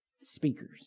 speakers